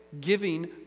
giving